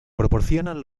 proporcionan